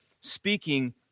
speaking